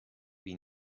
wie